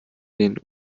gehen